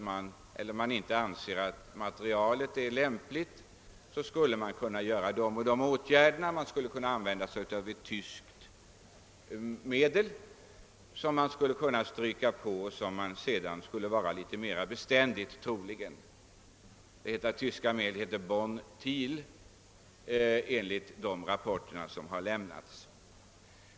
Han framhåller dock att om det anses att materialet inte är lämpligt skulle man kunna vidta de och de åtgärderna. Man skulle bl.a. kunna stryka på ett tyskt medel — enligt uppgift kallat Bon-Tile — som troligen skulle göra materialet mera beständigt.